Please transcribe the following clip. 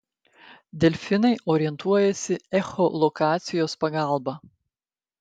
delfinai orientuojasi echolokacijos pagalba